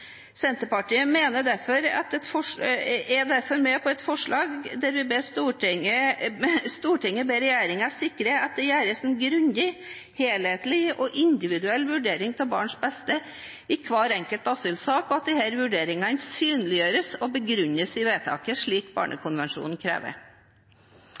Senterpartiet er derfor med på et forslag hvor Stortinget ber regjeringen sikre at det gjøres en grundig, helhetlig og individuell vurdering av barnets beste i hver enkelt asylsak, og at disse vurderingene synliggjøres og begrunnes i vedtaket, slik